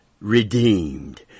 redeemed